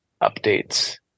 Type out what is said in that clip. updates